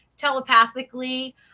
telepathically